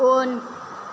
उन